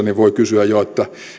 niin voi kysyä jo